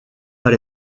but